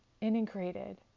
integrated